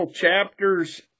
chapters